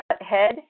head